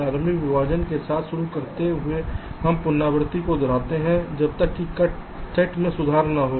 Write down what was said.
प्रारंभिक विभाजन के साथ शुरू करते हुए हम पुनरावृत्ति को दोहराते हैं जब तक कि कट सेट में सुधार न हो